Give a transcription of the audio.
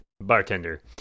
bartender